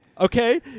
Okay